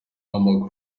w’amaguru